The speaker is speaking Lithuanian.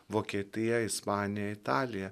vokietija ispanija italija